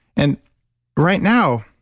and right now,